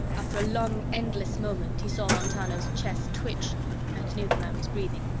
after a long, endless moment he saw montano's chest twitch and knew the man was breathing.